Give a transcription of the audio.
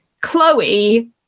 Chloe